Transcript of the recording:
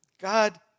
God